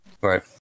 Right